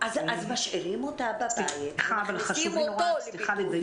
אז משאירים אותה בבית ומכניסים אותו לבידוד.